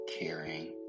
caring